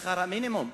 לשכר המינימום,